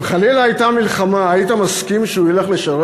אם חלילה הייתה מלחמה, היית מסכים שהוא ילך לשרת?